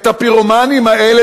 הפירומנים האלה,